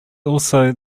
also